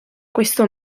questo